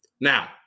Now